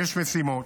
ויש משימות.